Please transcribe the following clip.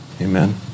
Amen